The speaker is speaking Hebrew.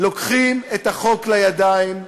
לוקחים את החוק לידיים.